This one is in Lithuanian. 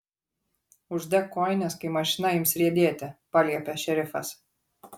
uždek kojines kai mašina ims riedėti paliepė šerifas